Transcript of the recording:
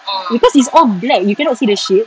because it's all black you cannot see the shape